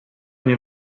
nie